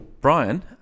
brian